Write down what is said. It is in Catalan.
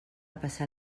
passar